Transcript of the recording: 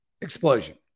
explosion